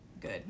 good